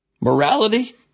morality